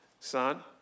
Son